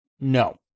No